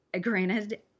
granted